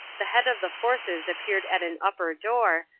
the head of the forces appeared at an upper door,